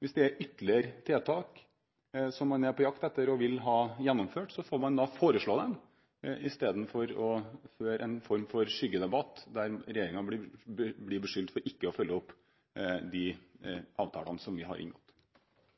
hvis det er ytterligere tiltak som man er på jakt etter, og vil ha gjennomført, foreslå dem istedenfor å føre en form for skyggedebatt der regjeringen blir beskyldt for ikke å følge opp de avtalene som vi har inngått.